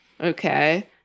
Okay